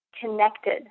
connected